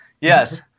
Yes